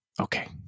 Okay